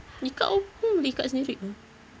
ikat pun boleh ikat sendiri [pe]